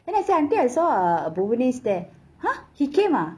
and then I say auntie I saw uh buvilistha there !huh! he came ah